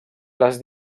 les